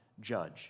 judge